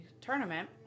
tournament